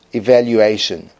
evaluation